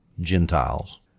Gentiles